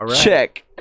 Check